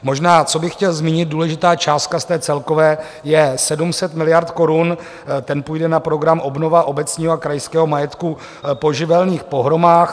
Možná co bych chtěl zmínit důležitá částka z té celkové je 700 miliard korun, půjde na program Obnova obecního a krajského majetku po živelních pohromách.